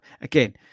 Again